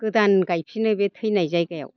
गोदान गायफिनो बे थैनाय जायगायाव